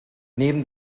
neben